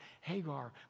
Hagar